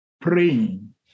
Praying